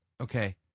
okay